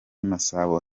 masabo